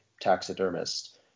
taxidermist